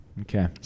Okay